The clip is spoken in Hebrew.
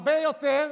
הרבה יותר,